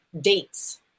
dates